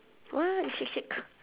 what you shake shake